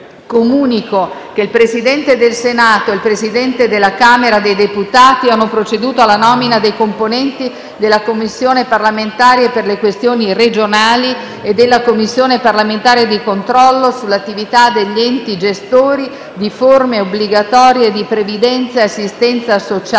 Comunico che il Presidente del Senato e il Presidente della Camera dei deputati hanno proceduto alla nomina dei componenti della Commissione parlamentare per le questioni regionali e della Commissione parlamentare di controllo sull'attività degli enti gestori di forme obbligatorie di previdenza e assistenza sociale.